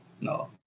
no